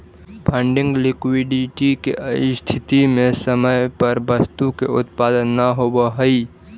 funding liquidity के स्थिति में समय पर वस्तु के उपलब्धता न होवऽ हई